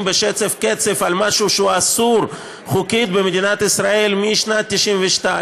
בשצף קצף על משהו שהוא אסור חוקית במדינת ישראל משנת 92',